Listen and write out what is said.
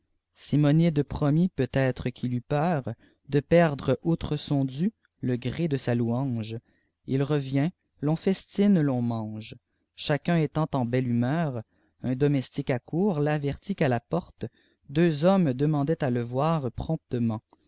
simonide promit peut-être qu'il eut peur de perdre putre son dû le gré de sa louange il vient l'on fesline l'on mange chacun étant en belle humeur n domestique accourt l'avertit qu'à la porte beux hommes dehiandaient à le voir promptement